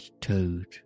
Toad